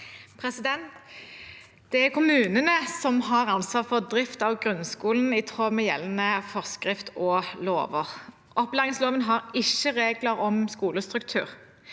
Det er kommunene som har ansvar for drift av grunnskolen, i tråd med gjeldende forskrifter og lover. Opplæringsloven har ikke regler om skolestruktur.